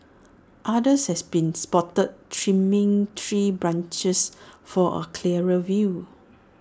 others has been spotted trimming tree branches for A clearer view